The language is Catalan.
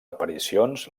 aparicions